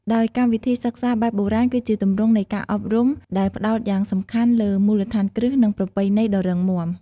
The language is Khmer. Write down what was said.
ដោយកម្មវិធីសិក្សាបែបបុរាណ គឺជាទម្រង់នៃការអប់រំដែលផ្តោតយ៉ាងសំខាន់លើ មូលដ្ឋានគ្រឹះ និង ប្រពៃណី ដ៏រឹងមាំ។